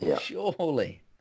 Surely